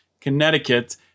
Connecticut